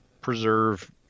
preserve